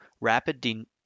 rapid